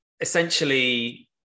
Essentially